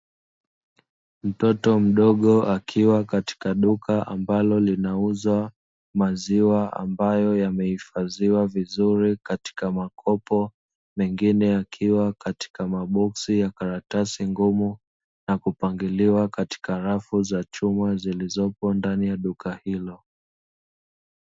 Mtoto mdogo akiwa katika duka ambalo linauza maziwa, ambayo yamehifadhiwa vizuri katika makopo mengine yakiwa katika maboksi ya karatasi ngumu, na kupangiliwa katika rafu za chuma zilizomo ndani ya duka hilo.